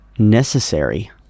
Necessary